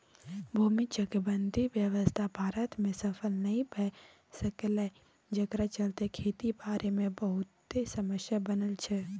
भूमि चकबंदी व्यवस्था भारत में सफल नइ भए सकलै जकरा चलते खेती बारी मे बहुते समस्या बनल छै